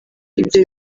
ibyo